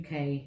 UK